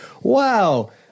wow